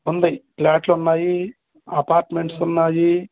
ఉన్నాయి ఫ్లాట్లు ఉన్నాయి అపార్ట్మెంట్స్ ఉన్నాయి